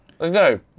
No